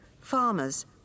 Farmers